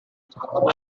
told